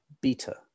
beta